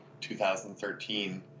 2013